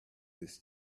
his